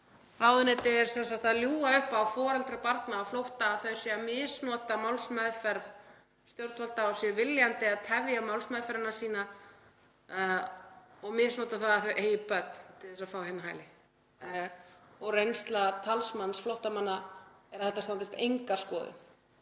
Ráðuneytið er sem sagt að ljúga upp á foreldra barna á flótta að þau séu að misnota málsmeðferð stjórnvalda og séu viljandi að tefja málsmeðferðina sína og misnota það að þau eigi börn til að fá hér hæli. Reynsla talsmanns flóttamanna er að þetta standist enga skoðun